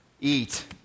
Eat